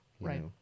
Right